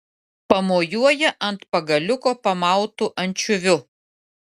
pamojuoja ant pagaliuko pamautu ančiuviu